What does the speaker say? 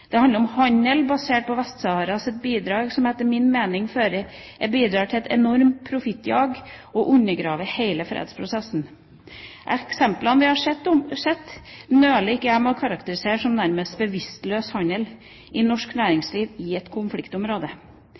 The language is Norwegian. Det handler om handel basert på Vest-Saharas bidrag, som etter min mening bidrar til et enormt profittjag og undergraver hele fredsprosessen. Eksemplene vi har sett, nøler jeg ikke med å karakterisere som «nærmest bevisstløs handel» i norsk næringsliv i et konfliktområde.